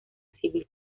civil